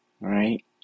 right